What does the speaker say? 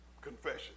confession